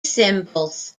symbols